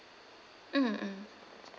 mm